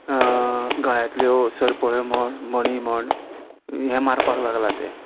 गळ्यांतल्यो सरपळ्यो मणी म्हण हे मारपाक लागला तें